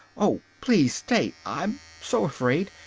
oh, please stay! i'm so afraid.